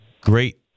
Great